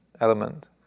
element